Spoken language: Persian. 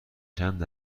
چند